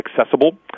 accessible